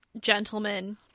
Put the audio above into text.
gentlemen